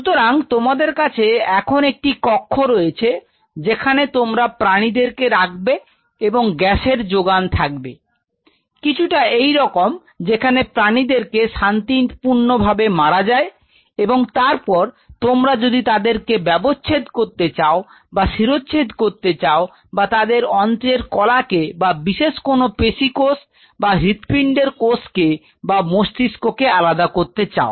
সুতরাং তোমাদের কাছে এখন একটি কক্ষ রয়েছে যেখানে তোমরা প্রাণীদেরকে রাখবে এবং গ্যাসের যোগান থাকবে কিছুটা এই রকম যেখানে প্রাণীদেরকে শান্তিপূর্ণভাবে মারা যায় এবং তারপর তোমরা যদি তাদেরকে ব্যবচ্ছেদ করতে চাও বা শিরশ্ছেদ করতে চাও বা তাদের অন্ত্রের কলাকে বা বিশেষ কোন পেশী কোষ বা হৃদপিন্ডের কোষ কে বা মস্তিষ্ককে আলাদা করতে চাও